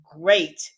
great